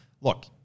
Look